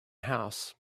house